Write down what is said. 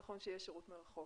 נכון שיהיה שירות מרחוק.